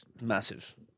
Massive